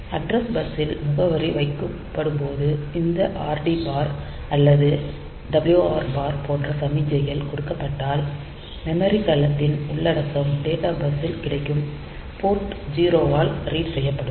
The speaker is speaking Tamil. அட்ரஸ் பஸ்ஸில் முகவரி வைக்கப்படும் போது இந்த RD பார் அல்லது WR பார் போன்ற சமிக்ஞைகள் கொடுக்கப்பட்டால் மெமரி கலத்தின் உள்ளடக்கம் டேட்டா பஸ்ஸில் கிடைக்கும் போர்ட் 0 ஆல் ரீட் செய்யப்படும்